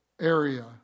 area